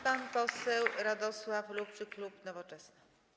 Pan poseł Radosław Lubczyk, klub Nowoczesna.